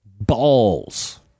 balls